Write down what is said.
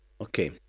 Okay